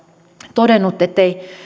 todennut ettei